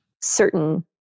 certain